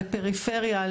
לפריפריה,